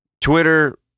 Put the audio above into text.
Twitter